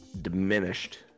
diminished